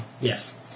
Yes